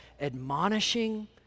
admonishing